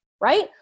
Right